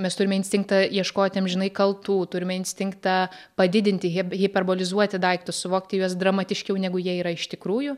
mes turime instinktą ieškoti amžinai kaltų turime instinktą padidinti hip hiperbolizuoti daiktus suvokti juos dramatiškiau negu jie yra iš tikrųjų